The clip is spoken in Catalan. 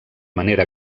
manera